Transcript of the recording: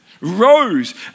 rose